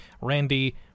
Randy